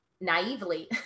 naively